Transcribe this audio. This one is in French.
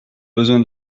besoin